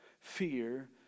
fear